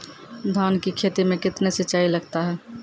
धान की खेती मे कितने सिंचाई लगता है?